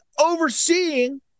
overseeing